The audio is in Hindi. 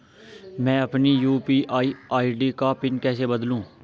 मैं अपनी यू.पी.आई आई.डी का पिन कैसे बदलूं?